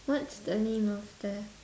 what's the name of the